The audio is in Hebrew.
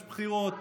ויש בחירות,